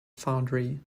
foundry